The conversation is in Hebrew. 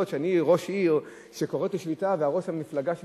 שאני ראש עיר שקוראת לשביתה וראש המפלגה שלי,